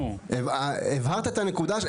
הבהרת את הנקודה.